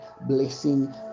blessing